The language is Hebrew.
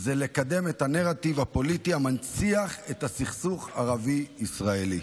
זה לקדם את הנרטיב הפוליטי המנציח את הסכסוך הערבי ישראלי.